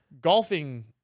golfing